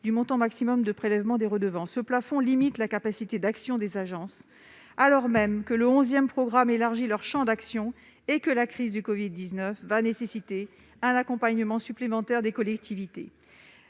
du montant maximum de prélèvement des redevances. Ce dispositif limite la capacité d'action des agences, alors même que le onzième programme élargit leur champ d'action et que la crise du covid-19 nécessitera non seulement un accompagnement supplémentaire des collectivités